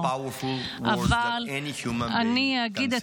אם כן,